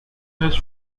has